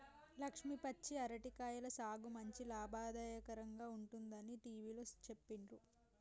లక్ష్మి పచ్చి అరటి కాయల సాగు మంచి లాభదాయకంగా ఉంటుందని టివిలో సెప్పిండ్రు